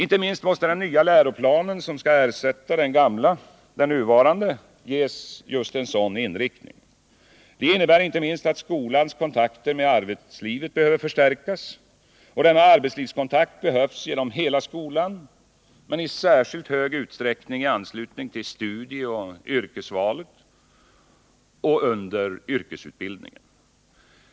Inte minst måste den nya läroplan som skall ersätta den nuvarande ges en sådan inriktning. Det innebär inte minst att skolans kontakter med arbetslivet behöver förstärkas. Denna arbetslivskontakt behövs genom hela skolan men i särskilt hög utsträckning i anslutning till studieoch yrkesvalet samt under yrkesutbildningen.